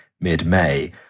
mid-May